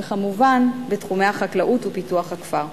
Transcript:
וכמובן בתחומי החקלאות ופיתוח הכפר.